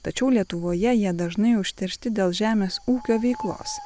tačiau lietuvoje jie dažnai užteršti dėl žemės ūkio veiklos